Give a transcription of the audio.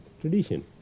tradition